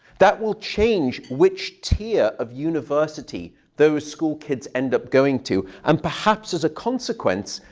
that will change which tier of university those school kids end up going to and perhaps, as a consequence,